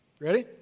Ready